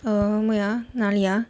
um wait ah 哪里啊